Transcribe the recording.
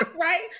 Right